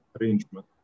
arrangement